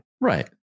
right